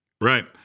right